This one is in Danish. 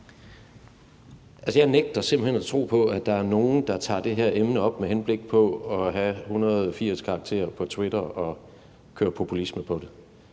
jeg nægter simpelt hen at tro på, at der er nogen, der tager det her emne op med henblik på at have 280 karakterer på Twitter og køre populisme på det.